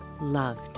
loved